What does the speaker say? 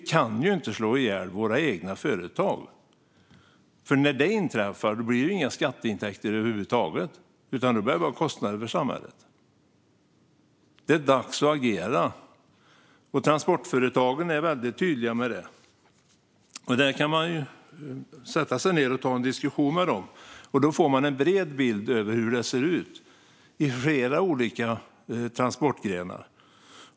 Vi kan ju inte slå ihjäl våra egna företag, för om det inträffar blir det ju inga skatteintäkter över huvud taget utan bara kostnader för samhället. Det är dags att agera, och det är transportföretagen väldigt tydliga med. Man kan ta en diskussion med dem för att få en bred bild av hur det ser ut i flera olika transportgrenar.